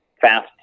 fast